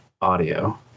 audio